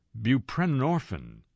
buprenorphine